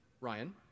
Ryan